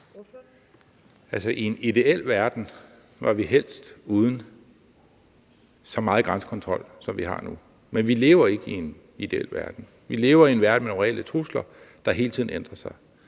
i en ideel verden var vi helst uden så meget grænsekontrol, som vi har nu, men vi lever ikke i en ideel verden. Vi lever i en verden med reelle trusler, der hele tiden ændrer sig,